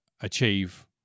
achieve